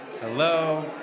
Hello